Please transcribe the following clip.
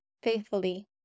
faithfully